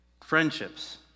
friendships